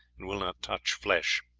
and will not touch flesh.